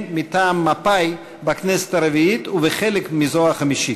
מטעם מפא"י בכנסת הרביעית ובחלק מהחמישית.